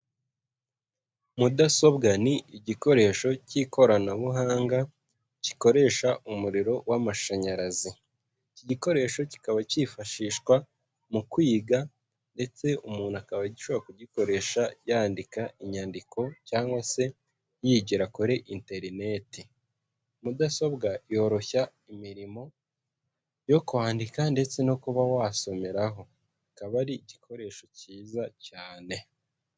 Mudasobwa ni igikoresho cy'ikoranabuhanga gikoresha umuriro w'amashanyarazi. Iki gikoresho kikaba cyifashishwa mu kwiga ndetse umuntu akaba ashobora kugikoresha yandika inyandiko cyangwa se yigira kuri interineti. Mudasobwa yoroshya imirimo yo kwandika ndetse no kuba wasomeraho, ikaba ari igikoresho cyiza cyane.